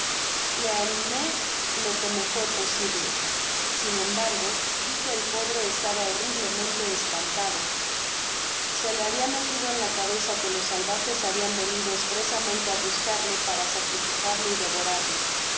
le animé lo que me fue posible sin embargo vi que el pobre estaba horriblemente espantado se le habia metido en la cabeza que los salvajes habian venido espresamente á buscarle para sacrificarlo y devorarlo